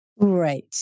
Right